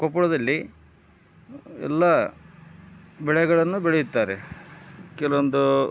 ಕೊಪ್ಪಳದಲ್ಲಿ ಎಲ್ಲ ಬೆಳೆಗಳನ್ನು ಬೆಳೆಯುತ್ತಾರೆ ಕೆಲ್ವೊಂದು